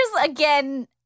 again